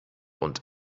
und